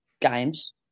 games